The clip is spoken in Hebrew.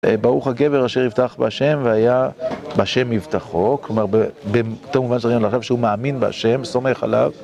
ברוך הגבר אשר יבטח בהשם והיה בשם מבטחו, כלומר, באותו מובן שראינו עכשיו שהוא מאמין בהשם, סומך עליו